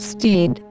Steed